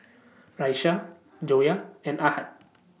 Raisya Joyah and Ahad